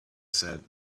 said